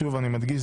אני מגיש,